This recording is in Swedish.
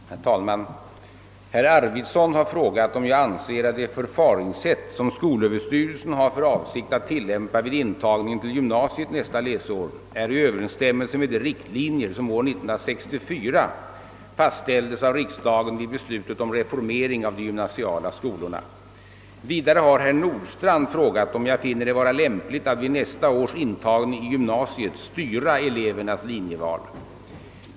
Herr talman! Herr Arvidson har frågat om jag anser att det förfaringssätt som skolöverstyrelsen har för avsikt att tillämpa vid intagningen till gymnasiet nästa läsår är i överensstämmelse med de riktlinjer som år 1964 fastställdes av riksdagen vid beslutet om reformering av de gymnasiala skolorna. Vidare har herr Nordstrandh frågat om jag finner det vara lämpligt att vid nästa års intagning i gymnasiet styra elevernas linjeval.